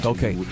Okay